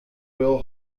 will